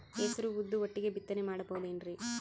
ಹೆಸರು ಉದ್ದು ಒಟ್ಟಿಗೆ ಬಿತ್ತನೆ ಮಾಡಬೋದೇನ್ರಿ?